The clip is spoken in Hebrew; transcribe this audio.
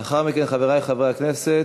לאחר מכן, חברי חברי הכנסת,